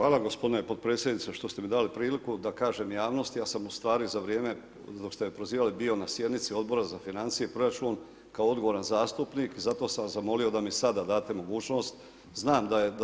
Hvala gospodine potpredsjedniče što ste mi dali priliku da kažem javnosti, ja sam ustvari za vrijeme dok ste me prozivali bio na sjednici Odbora za financije i proračun kao odgovoran zastupnik zato sam vas zamolio da mi sada date mogućnost, znam da